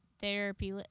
therapy